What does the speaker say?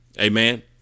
amen